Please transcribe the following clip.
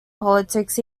politics